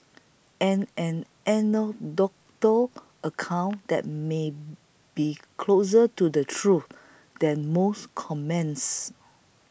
and an anecdotal account that may be closer to the truth than most comments